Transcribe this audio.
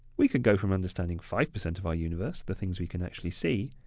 we could go from understanding five percent of our universe, the things we can actually see,